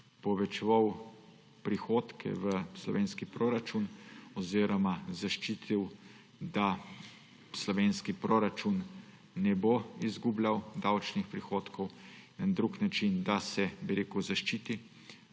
povečeval prihodke v slovenski proračun oziroma ga zaščitil, da slovenski proračun ne bo izgubljal davčnih prihodkov, da se na en drug način zaščiti